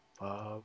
Bob